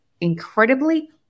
incredibly